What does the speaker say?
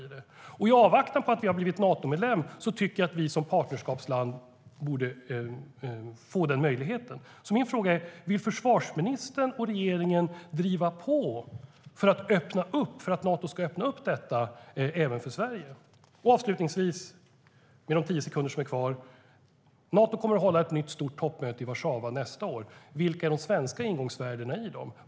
I avvaktan på att vi blir Natomedlem tycker jag att vi som partnerskapsland borde få den möjligheten. Vill försvarsministern och regeringen driva på för att Nato ska öppna detta även för Sverige? Avslutningsvis: Nato kommer att hålla ett nytt stort toppmöte i Warszawa nästa år. Vilka är de svenska ingångsvärdena där?